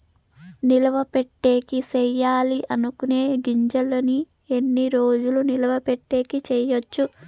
నిలువ పెట్టేకి సేయాలి అనుకునే గింజల్ని ఎన్ని రోజులు నిలువ పెట్టేకి చేయొచ్చు